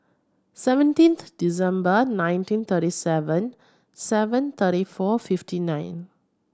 seventeenth December nineteen thirty seven seven thirty four fifty nine